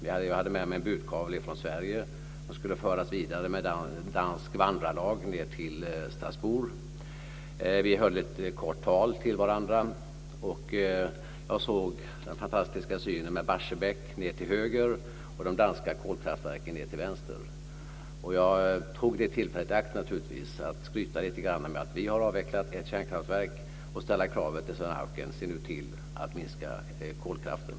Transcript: Jag hade med mig en budkavle från Sverige, som skulle föras vidare med Dansk Vandrelaug till Strasbourg. Vi höll var sitt kort tal till varandra. Jag såg den fantastiska synen av Barsebäck nedtill till höger och de danska kolkraftverken nedtill till vänster. Jag tog naturligtvis det tillfället i akt att skryta lite grann med att vi har avvecklat ett kärnkraftverk, och jag ställde till Svend Auken kravet att se till att minska kolkraften.